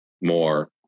more